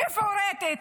מפורטת,